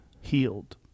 healed